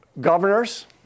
governors